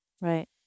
Right